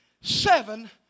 Seven